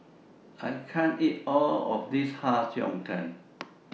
I can't eat All of This Har Cheong Gai